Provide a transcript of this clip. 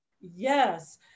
Yes